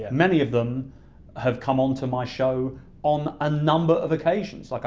many of them have come onto my show on a number of occasions. like